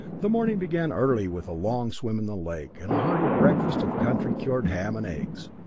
the morning began early with a long swim in the lake, and a hearty breakfast of country cured ham and eggs.